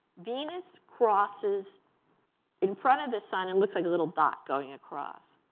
venus crosses in front of the sun and looks like a little dot going across.